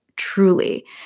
Truly